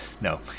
No